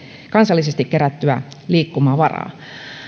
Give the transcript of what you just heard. kansallisesti kerättyä liikkumavaraa